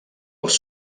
els